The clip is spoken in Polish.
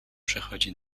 przechodzi